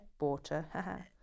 Water